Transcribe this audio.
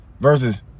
Versus